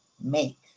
make